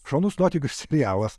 šaunus nuotykių serialas